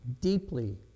deeply